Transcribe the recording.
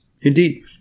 Indeed